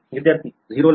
विद्यार्थीः 0 ला